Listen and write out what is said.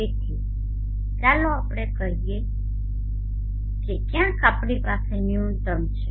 તેથી ચાલો આપણે કહીએ કે ક્યાંક આપણી પાસે ન્યુનત્તમ છે